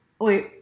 Wait